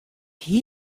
hie